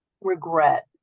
regret